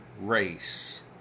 race